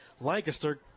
Lancaster